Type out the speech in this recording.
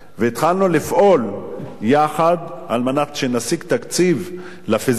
והתחלנו לפעול יחד על מנת שנשיג תקציב ל-feasibility